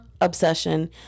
obsession